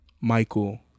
Michael